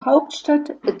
hauptstadt